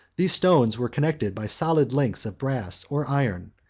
these stones were connected by solid links of brass or iron,